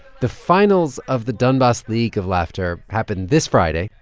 the finals of the donbas league of laughter happened this friday,